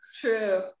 True